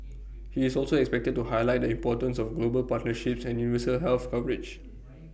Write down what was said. he is also expected to highlight the importance of global partnerships and universal health coverage